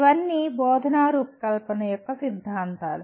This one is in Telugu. ఇవన్నీ బోధనా రూపకల్పన యొక్క సిద్ధాంతాలు